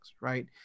right